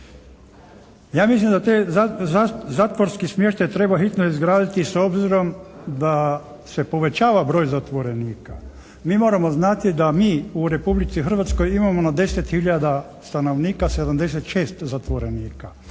Ja mislim da taj zatvorski smještaj treba hitno izgraditi s obzirom da se povećava broj zatvorenika. Mi moramo znati da mi u Republici Hrvatskoj imamo na 10 hiljada stanovnika 76 zatvorenika.